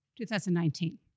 2019